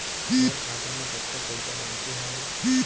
मोर खाता मा कतका पइसा बांचे हवय?